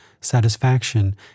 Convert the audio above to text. satisfaction